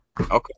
okay